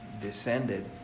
descended